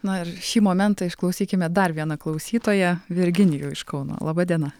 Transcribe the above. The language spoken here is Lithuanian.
na ir šį momentą išklausykime dar vieną klausytoją virginijų iš kauno laba diena